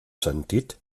sentit